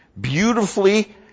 beautifully